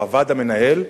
או הוועד המנהל,